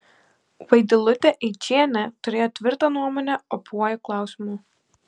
vaidilutė eičienė turėjo tvirtą nuomonę opiuoju klausimu